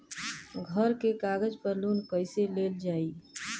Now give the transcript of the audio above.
घर के कागज पर लोन कईसे लेल जाई?